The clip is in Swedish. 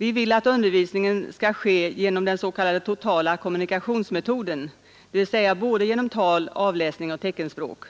Vi vill att undervisningen skall bedrivas genom den s.k. totala kommunikationsmetoden, dvs. både genom tal och avläsning av teckenspråk.